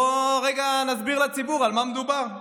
בואו רגע נסביר לציבור על מה מדובר.